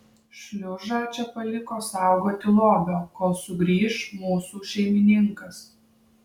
šliužą čia paliko saugoti lobio kol sugrįš mūsų šeimininkas